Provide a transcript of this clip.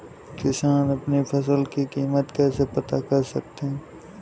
किसान अपनी फसल की कीमत कैसे पता कर सकते हैं?